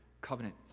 covenant